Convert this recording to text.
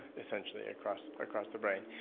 essentially across across the brain.